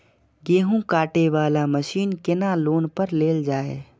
गेहूँ काटे वाला मशीन केना लोन पर लेल जाय?